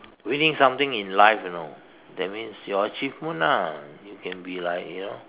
winning something in life you know that means your achievement ah it can be like you know